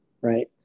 right